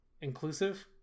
inclusive